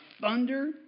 thunder